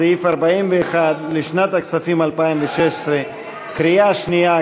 סעיף 41 לשנת הכספים 2016. קריאה שנייה.